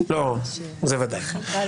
לגבי